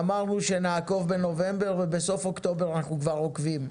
אמרנו שנעקוב בנובמבר ובסוף אוקטובר אנחנו כבר עוקבים.